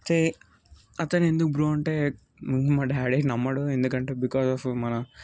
అయితే అతను ఎందుకు బ్రో అంటే మా డాడీ నమ్మడు ఎందుకంటే బికాజ్ ఆఫ్ మన